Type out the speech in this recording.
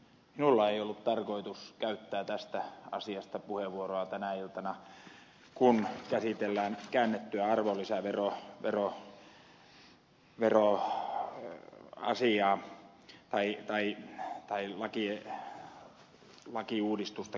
minulla ei ollut tarkoitus käyttää tästä asiasta puheenvuoroa tänä iltana kun käsitellään käännettyä arvonlisäveroasiaa lakiuudistusta käännetystä arvonlisäverosta